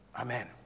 Amen